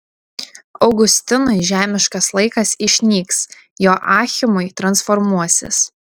augustinui žemiškas laikas išnyks joachimui transformuosis